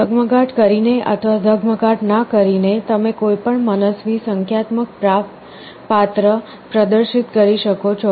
ઝગમગાટ કરીને અથવા ઝગમગાટ ન કરીને તમે કોઈપણ મનસ્વી સંખ્યાત્મક પાત્ર પ્રદર્શિત કરી શકો છો